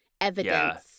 evidence